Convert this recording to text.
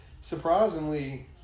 surprisingly